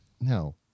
No